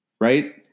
right